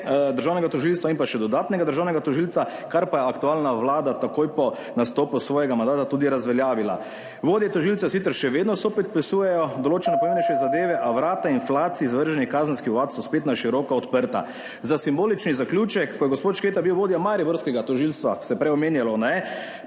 državnega tožilstva in še dodatnega državnega tožilca, kar pa je aktualna vlada takoj po nastopu svojega mandata tudi razveljavila. Vodje tožilcev sicer še vedno sopodpisujejo določene pomembnejše zadeve, a vrata inflaciji zavrženih kazenskih ovadb so spet na široko odprta. Za simbolični zaključek. Ko je bil gospod Šketa vodja mariborskega tožilstva, se je prej omenjalo, pa